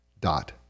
dot